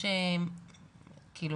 יש כאן